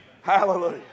Hallelujah